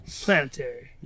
planetary